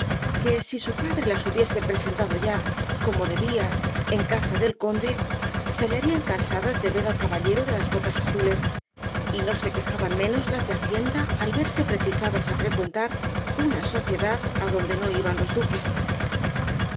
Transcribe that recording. que si su padre las hubiese presentado ya como debía en casa del conde se hallarían cansadas de ver al caballero de las botas azules y no se quejaban menos las de hacienda al verse precisadas á frecuentar una sociedad adonde no iban los duques